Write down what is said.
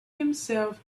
himself